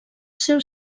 seu